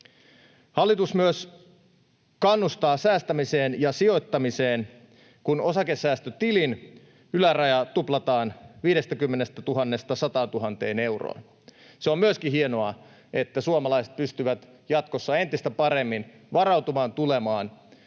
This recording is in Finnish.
Hallitus myös kannustaa säästämiseen ja sijoittamiseen, kun osakesäästötilin yläraja tuplataan 50 000:sta 100 000 euroon. Se on myöskin hienoa, että suomalaiset pystyvät jatkossa entistä paremmin varautumaan tulevaan,